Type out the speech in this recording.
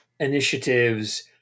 Initiatives